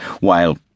While